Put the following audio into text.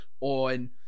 on